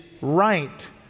right